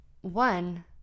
one